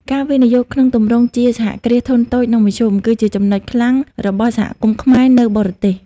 ការវិនិយោគក្នុងទម្រង់ជាសហគ្រាសធុនតូច និងមធ្យម គឺជាចំណុចខ្លាំងរបស់សហគមន៍ខ្មែរនៅបរទេស។